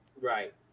Right